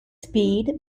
speed